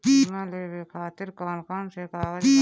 बीमा लेवे खातिर कौन कौन से कागज लगी?